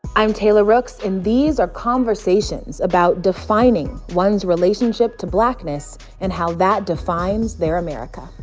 i'm taylor rooks. and these are conversations about defining one's relationship to blackness and how that defines their america.